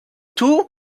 too